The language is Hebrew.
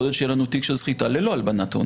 יכול להיות שיהיה לנו תיק של סחיטה ללא הלבנת הון.